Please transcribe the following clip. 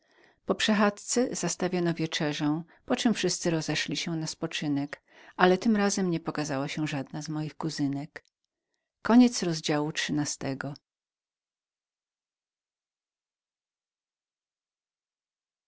po przechadzce zastawiono wieczerzę poczem wszyscy rozeszli się na spoczynek ale tym razem nie pokazała się żadna z moich kuzynek